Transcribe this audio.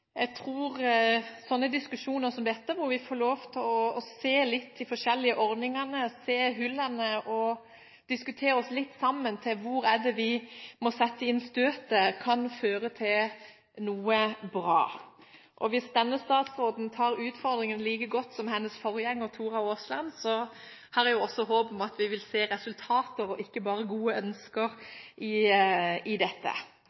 Jeg tror diskusjoner som dette – der vi får lov til å se de forskjellige ordningene, se hullene og diskutere oss litt sammen til hvor det er vi må sette inn støtet – kan føre til noe bra. Hvis denne statsråden tar utfordringen like godt som sin forgjenger Tora Aasland, har jeg også håp om at vi vil se resultater – ikke bare gode ønsker – når det gjelder dette. La meg ta opp et poeng som jeg ikke tok opp i